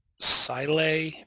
Sile